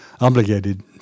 obligated